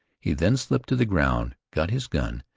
he then slipped to the ground, got his gun,